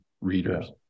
readers